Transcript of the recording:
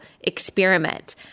experiment